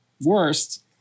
worst